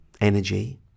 energy